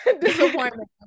disappointment